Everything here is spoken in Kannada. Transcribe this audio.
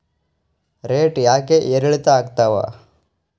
ರೇಟ್ ಯಾಕೆ ಏರಿಳಿತ ಆಗ್ತಾವ?